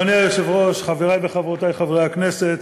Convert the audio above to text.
אדוני היושב-ראש, חברי וחברותי חברי הכנסת,